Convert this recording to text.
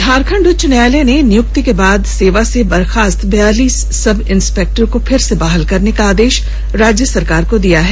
झारखंड उच्च न्यायालय ने नियुक्ति के बाद सेवा से बर्खास्त बयालीस सब इंस्पेक्टर को फिर से बहाल करने का आदेश राज्य सरकार को दिया है